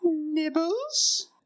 Nibbles